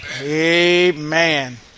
Amen